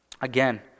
Again